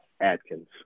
Adkins